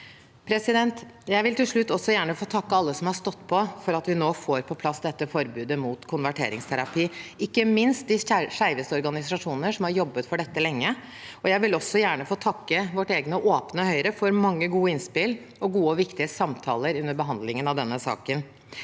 Jeg vil til slutt gjerne få takke alle som har stått på for at vi nå får på plass dette forbudet mot konverteringsterapi, ikke minst de skeives organisasjoner, som har jobbet for dette lenge. Jeg vil også få takke vårt eget Åpne Høyre for mange gode innspill og gode og viktige samtaler under behandlingen av denne saken.